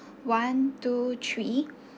one two three